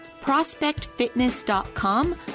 prospectfitness.com